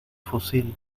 fusil